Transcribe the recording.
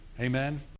Amen